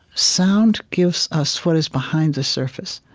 sound gives us what is behind the surface.